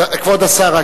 כבוד השר,